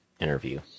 interview